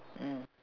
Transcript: mm